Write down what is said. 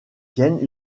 tiennent